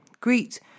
Greet